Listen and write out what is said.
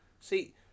See